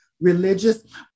religious